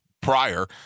prior